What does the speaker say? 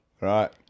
Right